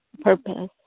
purpose